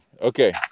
Okay